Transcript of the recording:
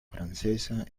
francesa